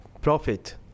profit